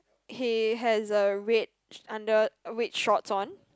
he has a red under red shorts on